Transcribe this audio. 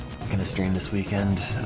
gonna stream this weekend?